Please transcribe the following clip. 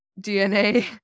DNA